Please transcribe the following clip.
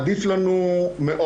עדיף לנו מאוד,